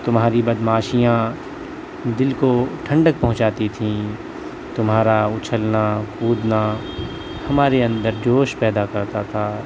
تمہاری بدمعاشیاں دل کو ٹھنڈک پہنچاتی تھی تمہارا اچھلنا کودنا ہمارے اندر جوش پیدا کرتا تھا